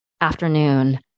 afternoon